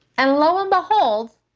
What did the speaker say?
and lo and behold,